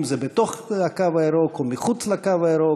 אם בתוך הקו הירוק אם מחוץ לקו הירוק,